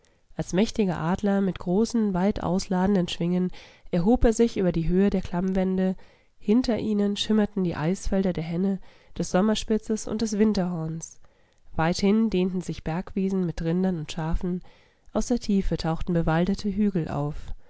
als mächtiger adler mit großen weitausladenden schwingen erhob er sich über die höhen der klammwände hinter ihnen schimmerten die eisfelder der henne des sommerspitzes und des winterhorns weithin dehnten sich bergwiesen mit rindern und schafen aus der tiefe tauchten bewaldete hügel auf